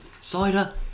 Cider